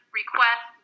request